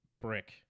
brick